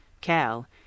Cal